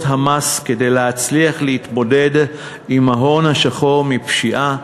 המס כדי להצליח להתמודד עם ההון השחור שמקורו בפשיעה,